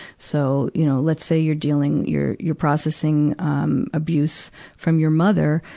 so, you know, let's say you're dealing, you're, you're processing, um, abuse from your mother.